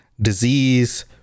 disease